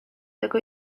tego